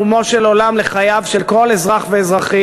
הנושאים הם נושאים ברומו של עולם שנוגעים לחייו של כל אזרח ואזרחית,